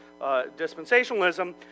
dispensationalism